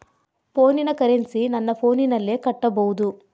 ಫೋನಿನ ಕರೆನ್ಸಿ ನನ್ನ ಫೋನಿನಲ್ಲೇ ಕಟ್ಟಬಹುದು?